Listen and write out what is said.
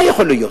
מה יכול להיות?